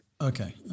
okay